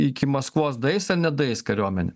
iki maskvos daeis ar nedaeis kariuomenė